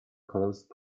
closed